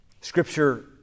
Scripture